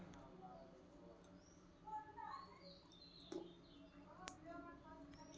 Debit ಕಾರ್ಡ್ನ ಸಕ್ರಿಯಗೊಳಿಸೋದು ನಿಷ್ಕ್ರಿಯಗೊಳಿಸೋದು ಅಂದ್ರೇನು?